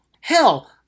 Hell